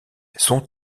son